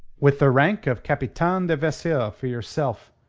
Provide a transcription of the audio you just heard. with the rank of capitaine de vaisseau for yourself,